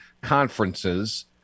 conferences